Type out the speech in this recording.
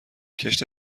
کشت